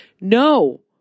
no